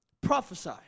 prophesy